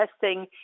testing